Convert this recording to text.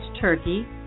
turkey